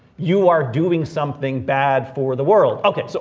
you are doing something bad for the world. okay, so